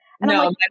No